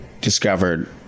discovered